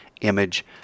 image